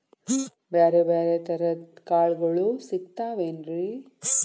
ಬ್ಯಾರೆ ಬ್ಯಾರೆ ತರದ್ ಕಾಳಗೊಳು ಸಿಗತಾವೇನ್ರಿ?